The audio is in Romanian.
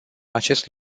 acest